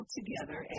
together